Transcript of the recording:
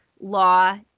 law